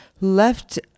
left